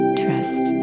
trust